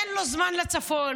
אין לו זמן לצפון,